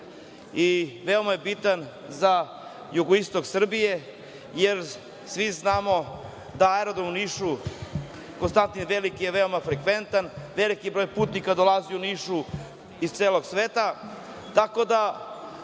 i veoma je bitan za jugoistok Srbije, jer svi znamo da je aerodrom u Nišu „Konstantin Veliki“ veoma frekventan, veliki broj putnika dolazi u Niš iz celog sveta,